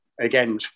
again